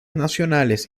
nacionales